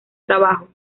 trabajo